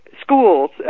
schools